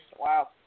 Wow